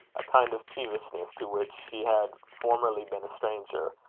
a kind of peevishness, to which she had formerly been a stranger,